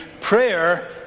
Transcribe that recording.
prayer